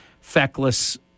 feckless